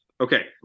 Okay